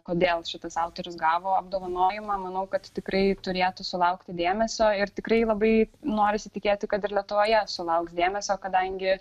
kodėl šitas autorius gavo apdovanojimą manau kad tikrai turėtų sulaukti dėmesio ir tikrai labai norisi tikėti kad ir lietuvoje sulauks dėmesio kadangi